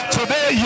Today